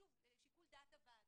שוב זה לשיקול דעת הוועדה.